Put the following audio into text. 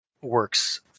works